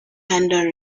handle